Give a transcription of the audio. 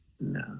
No